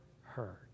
heard